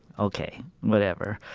ok, whatever,